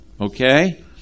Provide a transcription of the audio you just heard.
Okay